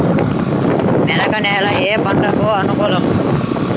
మెరక నేల ఏ పంటకు అనుకూలం?